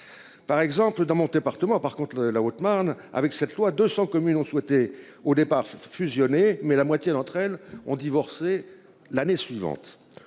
Par exemple dans partout moi par contre le la Haute-Marne avec cette loi, 200 communes ont souhaité au départ fusionner mais la moitié d'entre elles ont divorcé. L'année suivante.